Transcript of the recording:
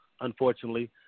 unfortunately